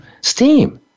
steam